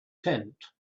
tent